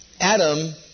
Adam